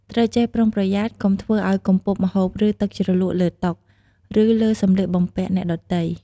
ត្រូវចេះប្រុងប្រយ័ត្នកុំធ្វើឱ្យកំពប់ម្ហូប ឬទឹកជ្រលក់លើតុ ឬលើសម្លៀកបំពាក់អ្នកដទៃ។